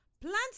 Plants